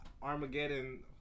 Armageddon